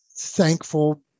thankful